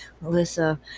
Melissa